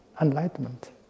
enlightenment